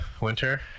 winter